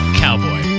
cowboy